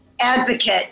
advocate